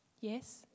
Yes